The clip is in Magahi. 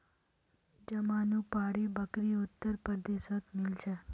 जमानुपारी बकरी उत्तर प्रदेशत मिल छे